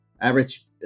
average